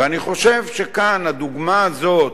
ואני חושב שכאן, הדוגמה הזאת,